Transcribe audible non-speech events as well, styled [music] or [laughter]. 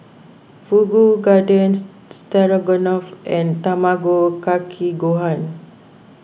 Fugu Garden [noise] Stroganoff and Tamago Kake Gohan